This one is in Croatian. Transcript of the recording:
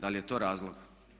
Da li je to razlog?